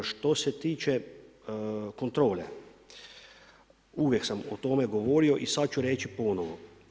Što se tiče kontrole, uvijek sam o tome govorio i sad ću reći ponovno.